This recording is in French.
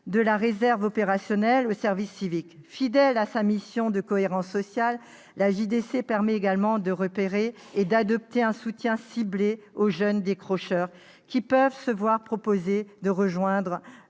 de la réserve opérationnelle au service civique. Fidèle à sa mission de cohésion sociale, la JDC permet aussi de repérer et d'apporter un soutien ciblé aux jeunes décrocheurs, qui peuvent se voir proposer de rejoindre